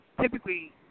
typically